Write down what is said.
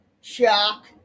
shock